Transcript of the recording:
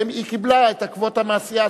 היא קיבלה את הקווטה מהסיעה.